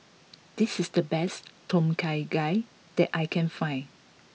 this is the best Tom Kha Gai that I can find